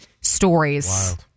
stories